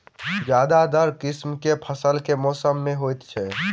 ज्यादातर किसिम केँ फसल केँ मौसम मे होइत अछि?